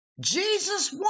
Jesus